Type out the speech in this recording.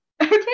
okay